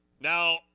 Now